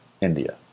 India